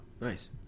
Nice